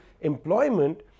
employment